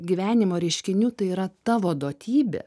gyvenimo reiškinių tai yra tavo duotybė